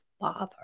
father